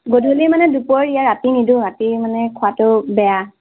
গধূলি মানে দুপৰীয়া ৰাতি নিদিওঁ ৰাতি মানে খোৱাটো বেয়া